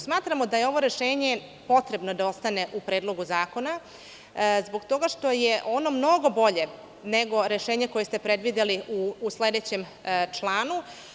Smatramo da je ovo rešenje potrebno da ostane u Predlogu zakona, zbog toga što je ono mnogo bolje nego rešenje koje ste predvideli u sledećem članu.